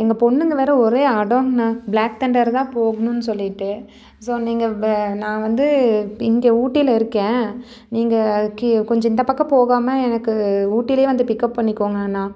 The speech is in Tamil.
எங்கள் பொண்ணுங்கள் வேறு ஒரே அடோம்ண்ணா பிளாக் தண்டர்தான் போகணும்னு சொல்லிட்டு ஸோ நீங்கள் வே நான் வந்து இங்கே ஊட்டியில இருக்கேன் நீங்கள் அதுக்கு கொஞ்சம் இந்த பக்கம் போகாமல் எனக்கு ஊட்டிலேயே வந்து பிக்கப் பண்ணிக்கோங்கண்ணா